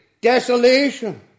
desolation